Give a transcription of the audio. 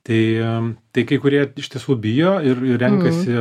tai a tai kai kurie iš tiesų bijo ir ir renkasi